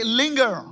linger